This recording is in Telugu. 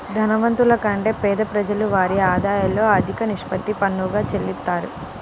ధనవంతుల కంటే పేద ప్రజలు వారి ఆదాయంలో అధిక నిష్పత్తిని పన్నుగా చెల్లిత్తారు